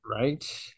Right